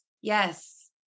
yes